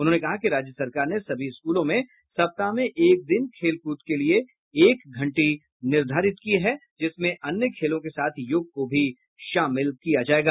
उन्होंने कहा कि राज्य सरकार ने सभी स्कूलों में सप्ताह में एक दिन खेल कूद के लिए एक घंटी निर्धारित की है जिसमें अन्य खेलों के साथ योग को भी शामिल किया जायेगा